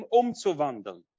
umzuwandeln